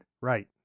Right